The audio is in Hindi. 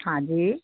हाँ जी